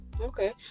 Okay